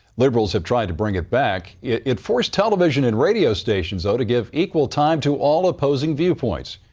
liberals have tried to bring it back. it it forced television and radio stations, though, to give equal time to all opposing viewpoints.